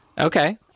Okay